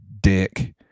dick